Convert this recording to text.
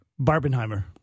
barbenheimer